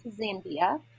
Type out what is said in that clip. Zambia